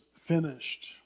finished